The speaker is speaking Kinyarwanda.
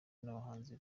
n’abahanzi